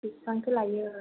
बेसेबांथो लायो